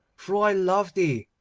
for i love thee